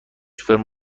سوپر